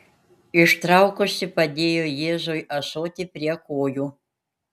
ištraukusi padėjo jėzui ąsotį prie kojų